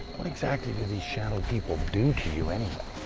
what exactly do these shadow people do to you anyway?